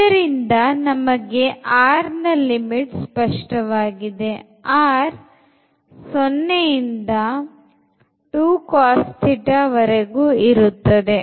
ಇದರಿಂದ ನಮಗೆ r ನ ಲಿಮಿಟ್ ಸ್ಪಷ್ಟವಾಗಿದೆ r 0 ಇಂದ ವರೆಗೂ ಇರುತ್ತದೆ